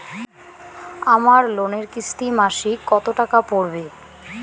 আমার লোনের কিস্তি মাসিক কত টাকা পড়বে?